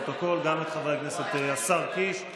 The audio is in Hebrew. גם את השר קיש,